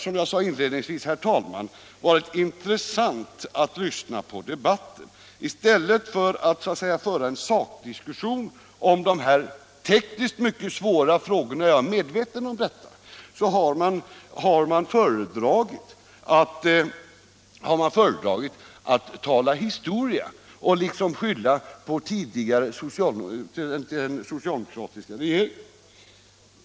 Som jag sade inledningsvis, herr talman, har det varit intressant att lyssna på debatten. I stället för att föra en sakdiskussion om de här tekniskt mycket svåra frågorna — jag är medveten om att de är det — har man föredragit att tala historia och skylla på den tidigare, socialdemokratiska regeringen.